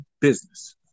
business